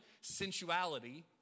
sensuality